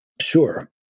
Sure